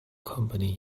company